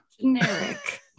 Generic